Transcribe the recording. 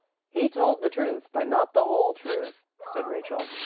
he told the truth, but not the whole truth, said rachel.